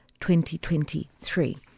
2023